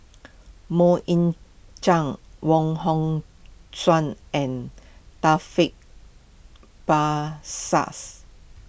Mok Ying Jang Wong Hong Suen and Taufik Basahs